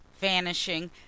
vanishing